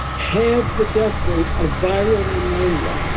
halved the death rate of viral pneumonia